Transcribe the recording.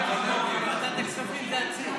ועדת הכספים זה הציר.